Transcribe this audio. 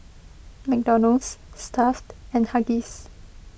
McDonald's Stuff'd and Huggies